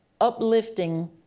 uplifting